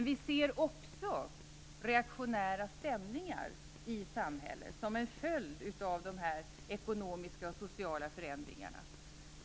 Vi ser också reaktionära stämningar i samhället som en följd av de ekonomiska och sociala nedskärningarna.